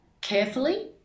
carefully